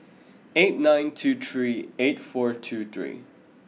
eight nine two three eight four two three